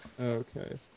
Okay